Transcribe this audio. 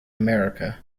america